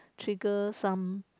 trigger some